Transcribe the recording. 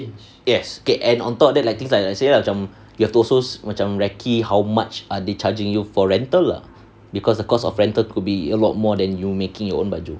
yes okay and on top of that like things like I say ah macam you have to also macam recce how much are they charging you for rental lah because the cost of rental could be a lot more than you making your own baju